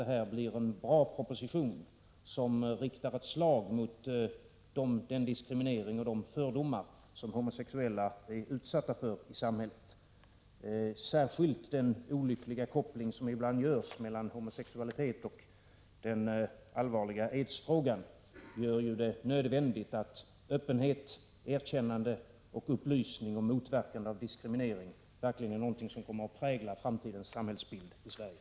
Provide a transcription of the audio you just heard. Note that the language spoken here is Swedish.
Det måste bli en bra proposition som riktar ett slag mot den diskriminering och de fördomar som homosexuella utsätts för i vårt samhälle. Det är särskilt den olyckliga koppling som ibland förekommer mellan homosexualitet å ena sidan och den allvarliga aidsfrågan å andra sidan som gör det nödvändigt att man ser till att öppenhet, erkännande, upplysning och motverkande av diskriminering verkligen präglar framtidens samhällsbild i Sverige.